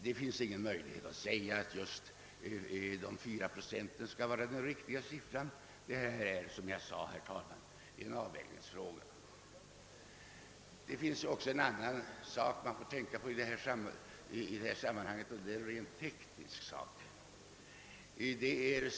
Det finns ingenting som säger att just 4 procent skulle vara en riktig siffra — det är, såsom jag sade, herr talman, en avvägningsfråga. I detta sammanhang bör man också tänka på en rent teknisk sak.